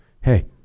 Hey